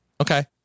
Okay